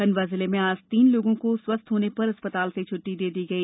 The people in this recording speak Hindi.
खंडवा जिले में आज तीन लोगों को स्वस्थ होने पर अस्पताल से छुट्टी दे दी गई